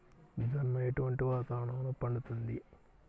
జొన్న ఎటువంటి వాతావరణంలో పండుతుంది?